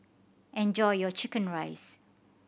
enjoy your chicken rice